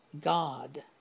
God